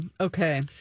Okay